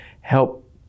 help